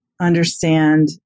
understand